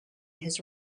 his